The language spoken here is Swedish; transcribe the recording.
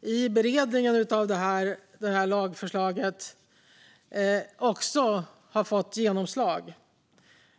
i beredningen av det här lagförslaget har fått genomslag.